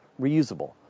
reusable